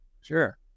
Sure